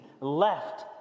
left